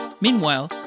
Meanwhile